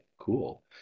cool